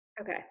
Okay